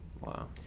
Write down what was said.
wow